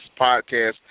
podcast